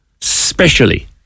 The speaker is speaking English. specially